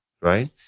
right